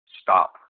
stop